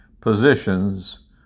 positions